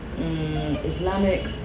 Islamic